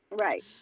right